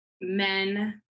men